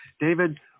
David